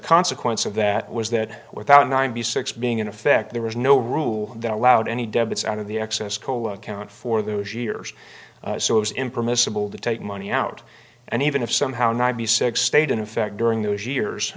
consequence of that was that without ninety six being in effect there was no rule that allowed any debits out of the excess cola account for those years so it was impermissible to take money out and even if somehow ninety six stayed in effect during those years